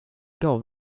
gav